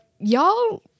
y'all